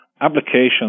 applications